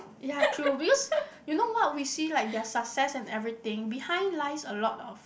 ya true because you know what we see like their success and everything behind lines a lot of